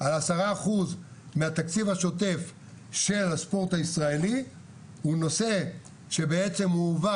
על 10% מהתקציב השוטף של הספורט הישראלי הוא נושא שהועבר